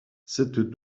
cette